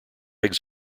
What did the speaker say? eggs